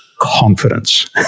confidence